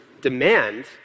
demand